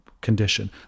condition